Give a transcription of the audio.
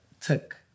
took